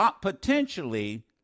Potentially